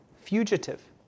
fugitive